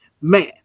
man